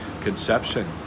conception